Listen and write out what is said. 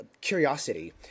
curiosity